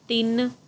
ਤਿੰਨ